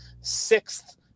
sixth